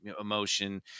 emotion